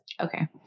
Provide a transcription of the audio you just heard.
Okay